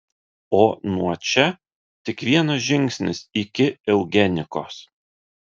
o nuo čia tik vienas žingsnis iki eugenikos